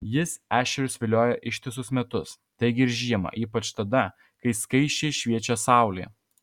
jie ešerius vilioja ištisus metus taigi ir žiemą ypač tada kai skaisčiai šviečia saulė